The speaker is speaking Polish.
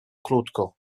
krótko